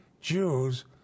jews